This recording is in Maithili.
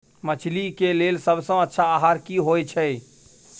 मछली के लेल सबसे अच्छा आहार की होय छै?